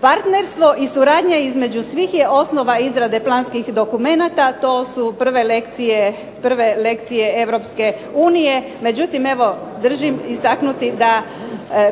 Partnerstvo i suradnja između svih je osnova izrade planskih dokumenata. To su prve lekcije Europske unije, međutim evo držim istaknuti da